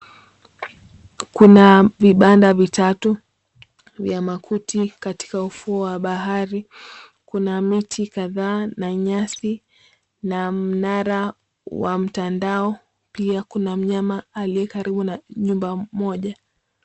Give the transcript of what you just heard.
Kuna vibanda vitatu vya makuti katika ufuo wa bahari, kuna miti kadhaa na nyasi na mnara wa mtandao. Pia kuna mnyama aliyekaribu na nyumba moja.